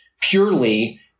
purely